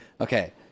Okay